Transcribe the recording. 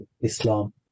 Islam